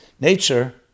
nature